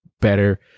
better